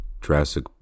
Jurassic